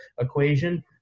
equation